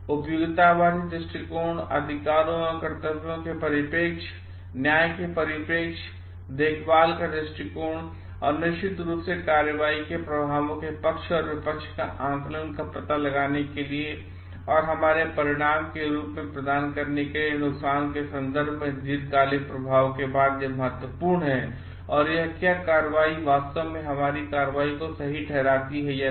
उपयोगितावादी दृष्टिकोण अधिकारों और कर्तव्यों के परिप्रेक्ष्य न्याय के परिप्रेक्ष्य देखभाल का दृष्टिकोण और निश्चित रूप से कार्रवाई के प्रभावों के पक्ष और विपक्ष का आंकलन का पता लगाने के लिए और हमारे परिणाम के रूप में प्रदान किए गए नुकसान के संदर्भ में दीर्घकालिक प्रभाव के बाद महत्वपूर्ण है और क्या यह कार्रवाई वास्तव में हमारी कार्रवाई को सही ठहराती है या नहीं